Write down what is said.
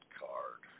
card